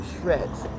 shreds